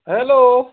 hell